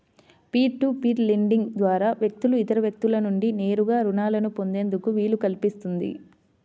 peer to peer lending ద్వారా వ్యక్తులు ఇతర వ్యక్తుల నుండి నేరుగా రుణాలను పొందేందుకు వీలు కల్పిస్తుంది